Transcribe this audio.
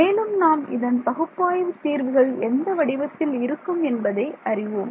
மேலும் நாம் இதன் பகுப்பாய்வு தீர்வுகள் எந்த வடிவத்தில் இருக்கும் என்பதை அறிவோம்